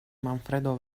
manfredo